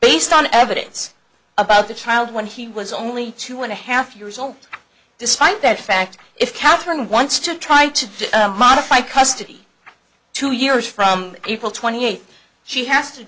based on evidence about the child when he was only two and a half years old despite that fact if katherine wants to try to modify custody two years from april twenty eighth she has to